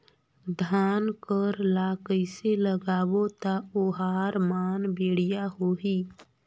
धान कर ला कइसे लगाबो ता ओहार मान बेडिया होही?